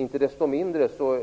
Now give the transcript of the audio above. Inte desto mindre är